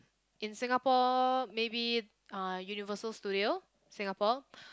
in Singapore maybe uh Universal-Studios-Singapore